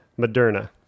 Moderna